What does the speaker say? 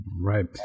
Right